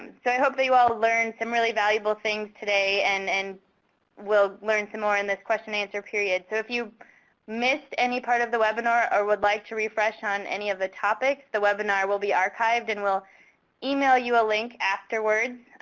so i hope that you all learned some really valuable thing today, and and we'll learn some or in this question and answer period. so if you missed any part of the webinar or would like to refresh on any of the topics, the webinar will be archived and we'll email you a link afterwards,